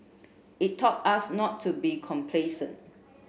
it taught us not to be complacent